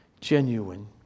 genuine